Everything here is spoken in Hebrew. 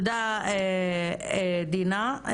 תודה, דינה.